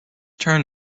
turn